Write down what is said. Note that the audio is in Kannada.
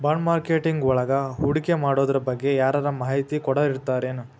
ಬಾಂಡ್ಮಾರ್ಕೆಟಿಂಗ್ವಳಗ ಹೂಡ್ಕಿಮಾಡೊದ್ರಬಗ್ಗೆ ಯಾರರ ಮಾಹಿತಿ ಕೊಡೊರಿರ್ತಾರೆನು?